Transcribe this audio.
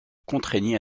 contraignit